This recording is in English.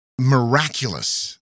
miraculous